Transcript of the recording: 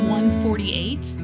148